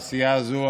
הסיעה הזו,